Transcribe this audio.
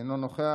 אינו נוכח,